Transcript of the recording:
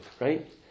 right